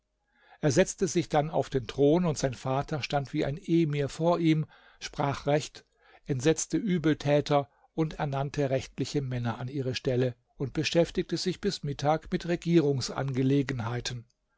er setzte sich dann auf den thron und sein vater stand wie ein emir vor ihm sprach recht entsetzte übeltäter und ernannte rechtliche männer an ihre stelle und beschäftigte sich bis mittag mit